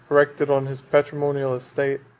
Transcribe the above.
erected on his patrimonial estate,